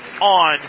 on